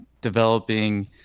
developing